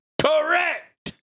Correct